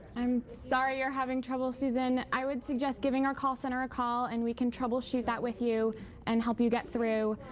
i'm sorry you're having trouble, susan. i would suggest giving our call center a call and we can troubleshoot that with you and help you get through.